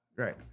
Right